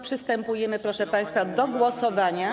Przystępujemy, proszę państwa, do głosowania.